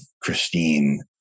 Christine